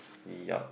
yeap